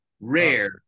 rare